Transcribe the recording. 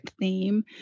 theme